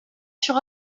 sur